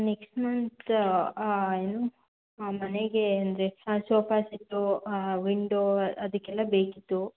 next month ಏನು ಮನೆಗೆ ಅಂದರೆ ಸೋಫಾ ಸೆಟ್ಟು ವಿಂಡೋ ಅದಕ್ಕೆಲ್ಲ ಬೇಕಿತ್ತು